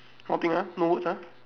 nothing ah no words ah